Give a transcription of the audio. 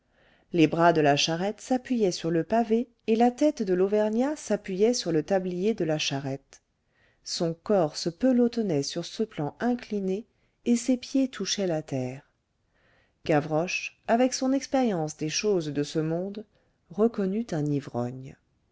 les bras de la charrette s'appuyaient sur le pavé et la tête de l'auvergnat s'appuyait sur le tablier de la charrette son corps se pelotonnait sur ce plan incliné et ses pieds touchaient la terre gavroche avec son expérience des choses de ce monde reconnut un ivrogne